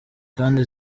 kandi